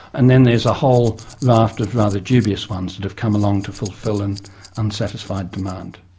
and then there's a whole raft of rather dubious ones that have come along to fulfil an unsatisfied demand.